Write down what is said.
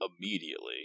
immediately